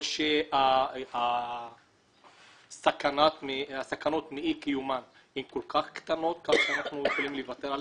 או שהסכנות מאי קיומן הן כל כך קטנות כך שאנחנו יכולים לוותר עליהן?